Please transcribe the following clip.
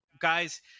guys